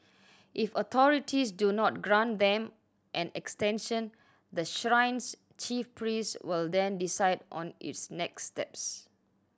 if authorities do not grant them an extension the shrine's chief priest will then decide on its next steps